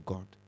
God